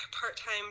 part-time